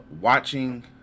watching